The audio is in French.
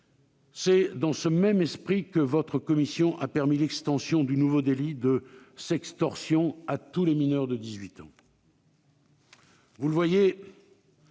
C'est dans ce même esprit que votre commission a autorisé l'extension du nouveau délit de « sextorsion » à tous les mineurs de 18 ans. Vous le voyez,